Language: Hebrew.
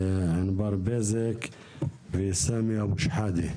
ענבר בזק וסמי אבו שחאדה.